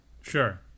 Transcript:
Sure